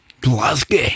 Glasgow